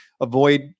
avoid